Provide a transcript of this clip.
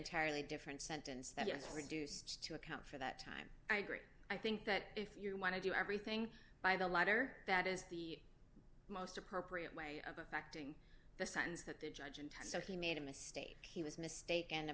entirely different sentence that is reduced to account for that time i agree i think that if you want to do everything by the letter that is the most appropriate way of affecting the sense that the judge and so he made a mistake he was mistaken